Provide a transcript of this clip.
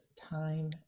time